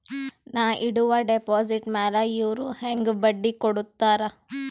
ನಾ ಇಡುವ ಡೆಪಾಜಿಟ್ ಮ್ಯಾಲ ಅವ್ರು ಹೆಂಗ ಬಡ್ಡಿ ಕೊಡುತ್ತಾರ?